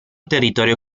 territorio